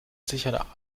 sicher